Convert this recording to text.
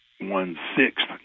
one-sixth